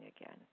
again